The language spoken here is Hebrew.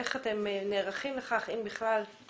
איך אתם נערכים לכך, אם בכלל?